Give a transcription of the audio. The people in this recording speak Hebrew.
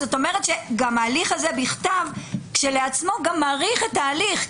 גם ההליך בכתב כשלעצמנו גם מאריך את ההליך.